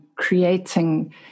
Creating